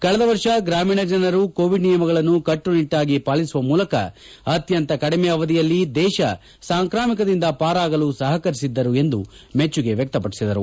ಕಳೆದ ವರ್ಷ ಗ್ರಾಮೀಣ ಜನರು ಕೋವಿಡ್ ನಿಯಮಗಳನ್ನು ಕಟ್ಲುನಿಟ್ಲಾಗಿ ಪಾಲಿಸುವ ಮೂಲಕ ಅತ್ಯಂತ ಕಡಿಮೆ ಅವಧಿಯಲ್ಲಿ ದೇಶ ಸಾಂಕ್ರಾಮಿಕದಿಂದ ಪಾರಾಗಲು ಸಹಕರಿಸಿದ್ದರು ಎಂದು ಮೆಚ್ಚುಗೆ ವ್ಯಕ್ತಪಡಿಸಿದರು